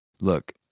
look